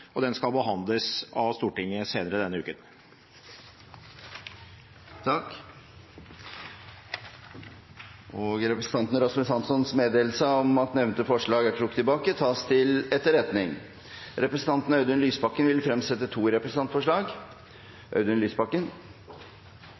nytt. Den skal behandles av Stortinget senere denne uka. Representanten Rasmus Hanssons meddelelse om at nevnte forslag er trukket tilbake, tas til etterretning. Representanten Audun Lysbakken vil fremsette to representantforslag.